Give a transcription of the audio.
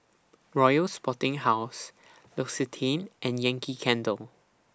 Royal Sporting House L'Occitane and Yankee Candle